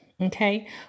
Okay